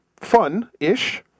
fun-ish